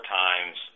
times